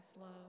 love